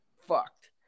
fucked